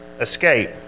escape